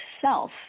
self